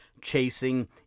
Chasing